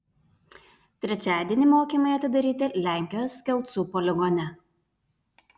trečiadienį mokymai atidaryti lenkijos kelcų poligone